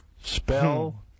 Spell